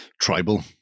tribal